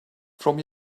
from